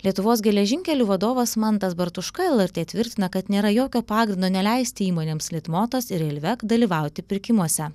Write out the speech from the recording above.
lietuvos geležinkelių vadovas mantas bartuška lrt tvirtina kad nėra jokio pagrindo neleisti įmonėms litmotas ir railvec dalyvauti pirkimuose